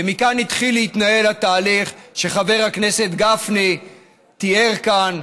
ומכאן התחיל להתנהל התהליך שחבר הכנסת גפני תיאר כאן.